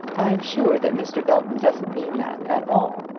i'm sure that mr. belton doesn't mean that at all,